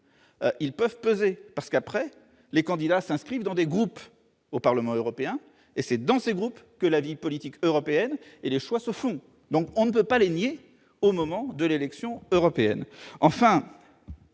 ils peuvent peser. Par la suite, les candidats s'inscrivent dans des groupes au Parlement européen, et c'est dans ces groupes que la vie politique européenne et les choix se font. On ne peut donc pas les nier au moment des élections européennes. Enfin,